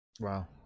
wow